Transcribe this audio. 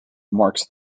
marks